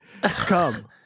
Come